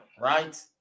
right